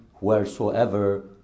wheresoever